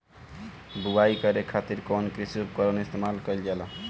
बुआई करे खातिर कउन कृषी उपकरण इस्तेमाल कईल जाला?